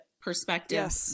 perspective